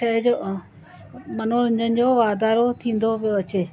शइ जो मनोरंजन जो वाधारो थींदो वियो अचे